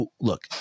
look